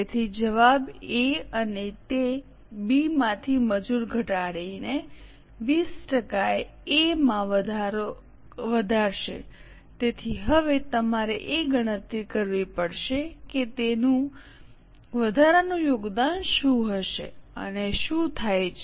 તેથી જવાબ એ છે અને તે બી માંથી મજૂર ઘટાડીને 20 ટકા એ માં વધારશે તેથી હવે તમારે એ ગણતરી કરવી પડશે કે એનું વધારાનું યોગદાન શું હશે અને શું થાય છે